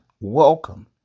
welcome